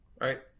right